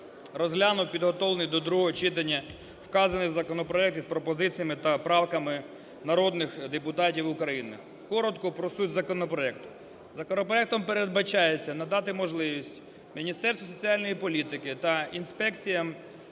розглянув підготовлений до другого читання вказаний законопроект із пропозиціями та правками народних депутатів України. Коротко про суть законопроекту. Законопроектом передбачається надати можливість Міністерству соціальної політики та інспекціям